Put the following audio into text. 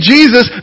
Jesus